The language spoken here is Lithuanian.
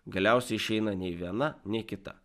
galiausiai išeina nei viena nei kita